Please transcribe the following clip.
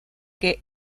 que